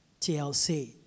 TLC